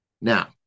Now